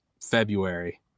February